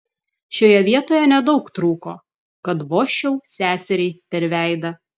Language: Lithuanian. šioje vietoje nedaug trūko kad vožčiau seseriai per veidą